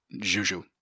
juju